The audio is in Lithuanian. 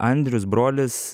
andrius brolis